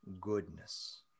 goodness